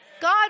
God